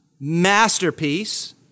masterpiece